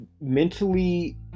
mentally